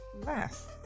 last